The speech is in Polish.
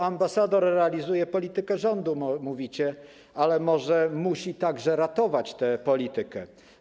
Ambasador realizuje politykę rządu - mówicie, ale może musi także ratować tę politykę.